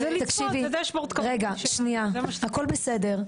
תקשיבי רגע, שנייה, הכל בסדר.